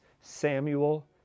Samuel